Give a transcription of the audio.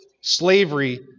slavery